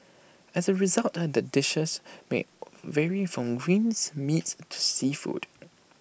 as A result the dishes may vary from greens meats to seafood